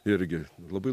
irgi labai